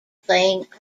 playing